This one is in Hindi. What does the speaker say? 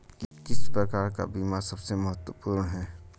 किस प्रकार का बीमा सबसे महत्वपूर्ण है?